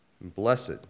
Blessed